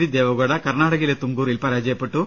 D Deve Gowda കർണ്ണാടകയിലെ തുംകൂറിൽ പരാജ യപ്പെട്ടു